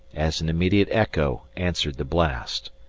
as an immediate echo answered the blast.